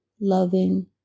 loving